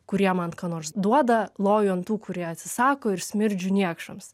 kurie man ką nors duoda loju ant tų kurie atsisako ir smirdžiu niekšams